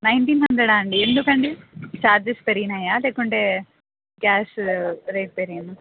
nineteen హండ్రెడా అండి ఎందుకంటడి ఛార్జెస్ పెరిగనాయా లేకుంటే గ్యాస్ రేట్ పెరిగిందా